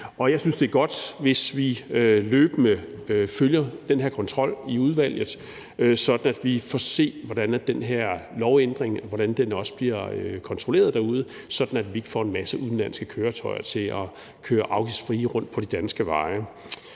Jeg synes, det er godt, hvis vi løbende følger den her kontrol i udvalget, sådan at vi får at se, hvordan den her lovændring så også bliver kontrolleret derude, så vi ikke får en masse udenlandske køretøjer til at køre afgiftsfrit rundt på de danske veje.